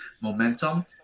momentum